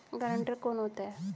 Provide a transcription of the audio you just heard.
Guarantor कौन होता है?